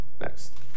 next